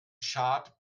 schad